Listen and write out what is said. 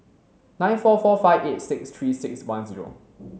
nine four four five eight six three six one zero